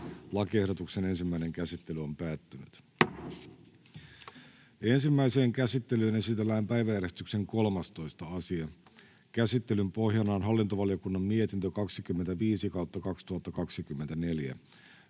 laeiksi Time: N/A Content: Ensimmäiseen käsittelyyn esitellään päiväjärjestyksen 13. asia. Käsittelyn pohjana on hallintovaliokunnan mietintö HaVM 25/2024